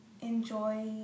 enjoy